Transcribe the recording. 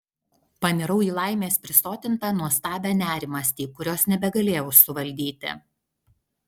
panirau į laimės prisotintą nuostabią nerimastį kurios nebegalėjau suvaldyti